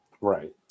Right